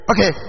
Okay